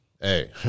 Hey